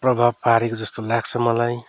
प्रभाव पारेको जस्तो लाग्छ मलाई